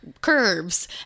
curves